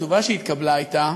התגובה שהתקבלה הייתה: